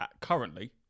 currently